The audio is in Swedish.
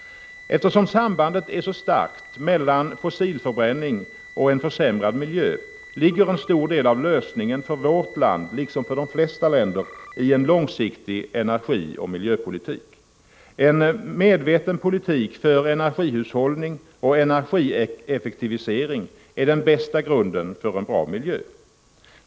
Eftersom sambandet är så starkt mellan fossilförbränning och en försämrad miljö ligger en stor del av lösningen för vårt land, liksom för de flesta länder, i en långsiktig energioch miljöpolitik. En medveten politik för energihushållning och energieffektivisering är den bästa grunden för en bra miljö.